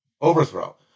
overthrow